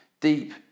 deep